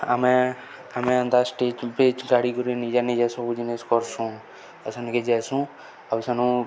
ଆମେ ଆମେ ଏନ୍ତା ଷ୍ଟେଜ୍ ପେଜ ଗାଡ଼ି କରି ନିଜେ ନିଜେ ସବୁ ଜିନିଷ୍ କର୍ସୁଁ ଆ ସେନିକେ ଯାଏସୁଁ ଆଉ ସେନୁ